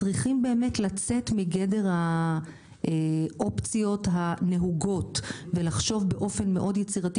צריכים באמת לצאת מגדר האופציות הנהוגות ולחשוב באופן מאוד יצירתי,